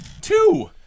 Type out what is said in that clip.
Two